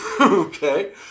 okay